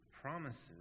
promises